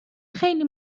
خیلی